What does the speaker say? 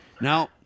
Now